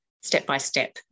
step-by-step